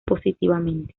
positivamente